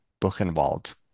Buchenwald